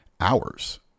hours